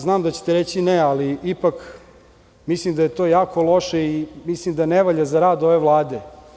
Znam da ćete rećine, ali ipak, mislim da je to jako loše i mislim da ne valja za rad ove Vlade.